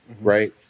right